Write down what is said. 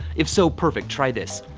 if so, perfect. try this.